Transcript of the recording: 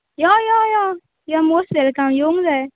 यो यो यो यु आर मोस्ट वेलकम येवंक जाय